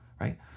right